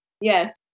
Yes